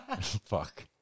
Fuck